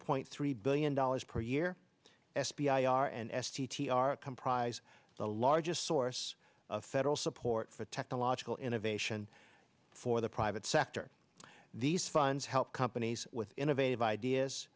point three billion dollars per year s v r an s t t r comprise the largest source of federal support for technological innovation for the private sector these funds help companies with innovative ideas